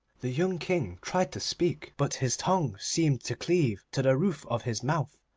the young king tried to speak, but his tongue seemed to cleave to the roof of his mouth,